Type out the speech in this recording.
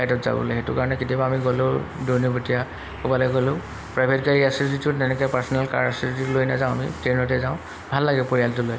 ফ্লাইটত যাবলৈ সেইটো কাৰণে কেতিয়াবা আমি গ'লো ক'ৰবালৈ গ'লো প্ৰাইভেট গাড়ী আছে যিটো তেনেকৈ পাৰ্চনেল কাৰ আছে যিটো লৈ নাযাওঁ আমি ট্ৰেইনতে যাওঁ ভাল লাগে পৰিয়ালটো লৈ